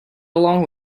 along